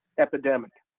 epidemic.